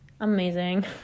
amazing